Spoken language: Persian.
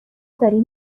داریم